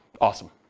Awesome